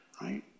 right